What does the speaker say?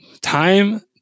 Time